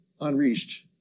unreached